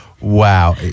Wow